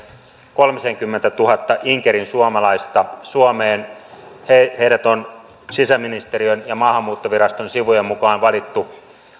kolmisenkymmentätuhatta inkerinsuomalaista suomeen heidät heidät on sisäministeriön ja maahanmuuttoviraston sivujen mukaan valittu